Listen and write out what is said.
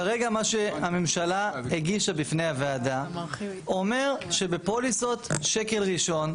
כרגע מה שהממשלה הגישה בפני הוועדה אומר שפוליסות שקל ראשון,